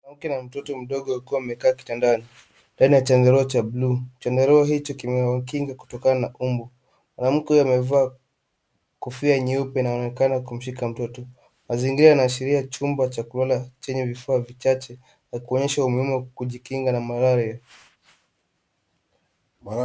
Mwanamke na mtoto mdogo wakiwa wamekaa kitandani ndani ya changarawe cha buluu. Changarawe hicho kimewakinga kutokana na mbu. Mwanamke huyo amevaa kofia nyeupe na anaonekana kumshika mtoto. Mazingira yanaashiria chumba cha kulala chenye vifaa vichache na kuonyesha umuhimu wa kujikinga na magojwa.